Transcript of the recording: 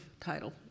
title